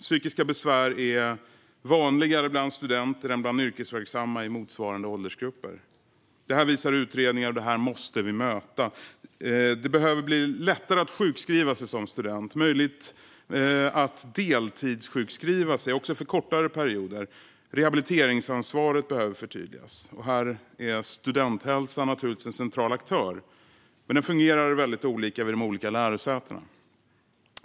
Psykiska besvär är vanligare bland studenter än bland yrkesverksamma i motsvarande åldersgrupper. Det här visar utredningar, och det här måste vi möta. Det behöver bli lättare att sjukskriva sig som student, och det behöver bli möjligt att deltidssjukskriva sig också för kortare perioder. Rehabiliteringsansvaret behöver förtydligas. Här är studenthälsan en central aktör, men den fungerar väldigt olika vid de olika lärosätena.